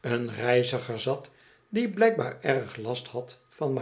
een reiziger zat die blijkbaar erg last had van